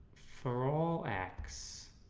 for all x,